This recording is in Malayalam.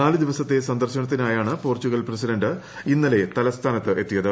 നാലു ദിവസത്തെ സന്ദർശനത്തിനായാണ് പോർച്ചുഗൽ പ്രസിഡന്റ് ഇന്നലെ തലസ്ഥാനത്ത് എത്തിയത്